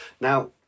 Now